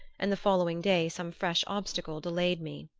and the following day some fresh obstacle delayed me.